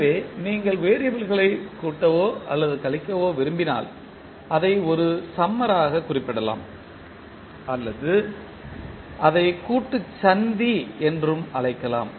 எனவே நீங்கள் வெறியபிள்களைச் கூட்டவோ அல்லது கழிக்கவோ விரும்பினால அதை ஒரு சம்மர்ராக குறிப்பிடலாம் அல்லது அதை கூட்டுச் சந்தி என்றும் அழைக்கலாம்